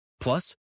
Plus